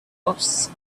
costs